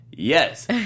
Yes